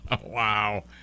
Wow